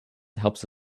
helps